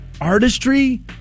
artistry